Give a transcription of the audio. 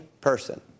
person